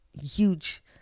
huge